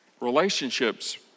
Relationships